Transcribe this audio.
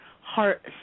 heart